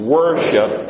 worship